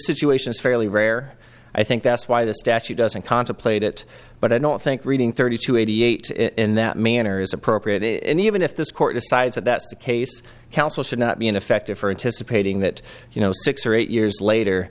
situation is fairly rare i think that's why the statute doesn't contemplate it but i don't think reading thirty two eighty eight in that manner is appropriate and even if this court decides that that's the case counsel should not be ineffective for anticipating that you know six or eight years later